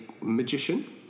magician